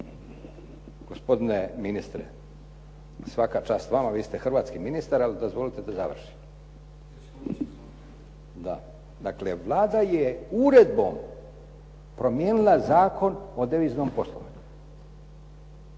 Gospodine ministre, svaka čast vama vi ste hrvatski ministar, ali dozvolite da završim. Dakle, Vlada je uredbom promijenila Zakon o deviznom poslovanju,